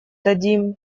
дадим